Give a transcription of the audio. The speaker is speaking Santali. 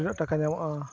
ᱛᱤᱱᱟᱹᱜ ᱴᱟᱠᱟ ᱧᱟᱢᱚᱜᱼᱟ